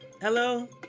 Hello